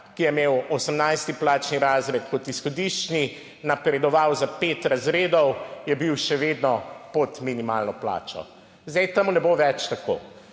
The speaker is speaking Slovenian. ki je imel 18. plačni razred kot izhodiščni napredoval za pet razredov, je bil še vedno pod minimalno plačo. Zdaj temu ne bo več tako.